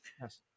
Yes